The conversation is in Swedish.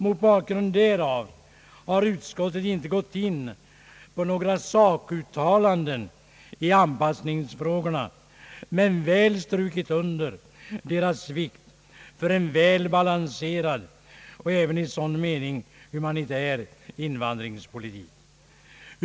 Mot bakgrund därav har utskottet inte gjort några sakuttalanden i anpassningsfrågorna men väl strukit under deras vikt för en väl balanserad och även i sådan mening humanitär invandringspolitik.